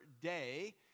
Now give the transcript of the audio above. day